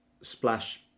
splash